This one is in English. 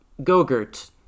Gogurt